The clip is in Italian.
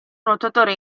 nuotatore